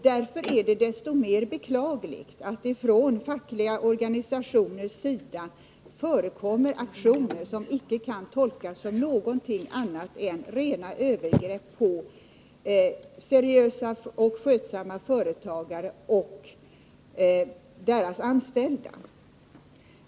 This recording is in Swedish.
Därför är det desto mer beklagligt att det från fackliga organisationers sida förekommer aktioner som icke kan tolkas som någonting annat än rena övergrepp på seriösa och skötsamma företagare samt deras anställda.